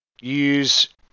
use